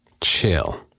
Chill